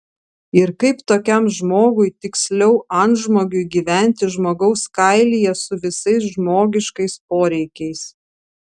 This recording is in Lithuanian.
ir kaip tokiam žmogui tiksliau antžmogiui gyventi žmogaus kailyje su visais žmogiškais poreikiais